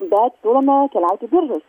bet planuoja keliaut į biržus